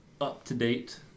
up-to-date